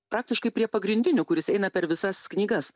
praktiškai prie pagrindinių kuris eina per visas knygas